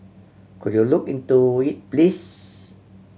could you look into it please